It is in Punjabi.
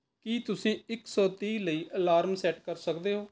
ਕੀ ਤੁਸੀਂ ਇੱਕ ਸੌ ਤੀਹ ਲਈ ਅਲਾਰਮ ਸੈੱਟ ਕਰ ਸਕਦੇ ਹੋ